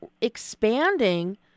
expanding